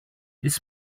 this